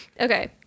okay